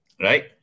Right